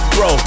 Bro